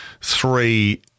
three